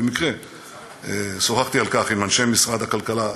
שבמקרה שוחחתי על כך עם אנשי משרד הכלכלה,